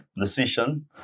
decision